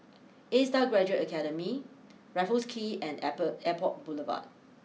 A Star Graduate Academy Raffles Quay and I per Airport Boulevard